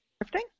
Drifting